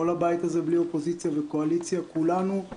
כל הבית הזה בלי אופוזיציה וקואליציה היו